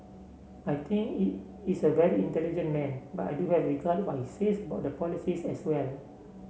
I think is a very intelligent man but I do have regard what he says about the polices as well